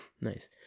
Nice